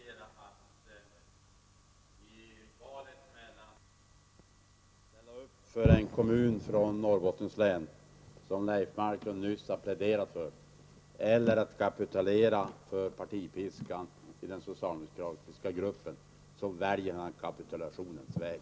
Herr talman! Jag tvingas konstatera att i valet mellan att ställa upp för en kommun i Norrbottens län, som Leif Marklund nyss har pläderat för, och att kapitulera för partipiskan i den socialdemokratiska gruppen väljer han kapitulationens väg.